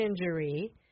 injury